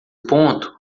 ponto